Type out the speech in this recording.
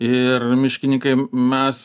ir miškininkai mes